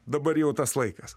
dabar jau tas laikas